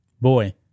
Boy